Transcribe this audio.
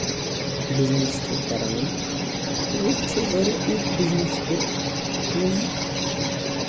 business چھِ کران ییٚتہِ چھُ واریاہ یِتھۍ بِزنٮ۪س تہِ یِم